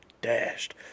dashed